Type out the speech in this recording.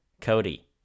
Cody